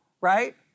right